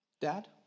Dad